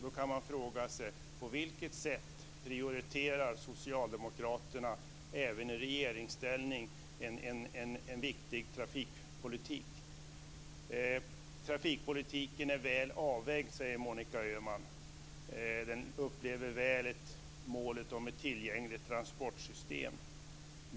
Då kan man fråga sig: Hur prioriterar socialdemokraterna även i regeringsställning en viktig trafikpolitik? Trafikpolitiken är väl avvägd, säger Monica Öhman. Den uppväger väl målet om ett tillgängligt transportsystem.